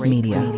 Media